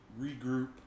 regroup